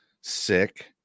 sick